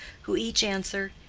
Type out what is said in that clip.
who each answer,